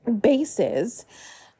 bases